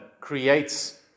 creates